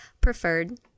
preferred